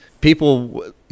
people